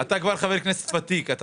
אתה ביקשת רוויזיה?